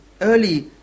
early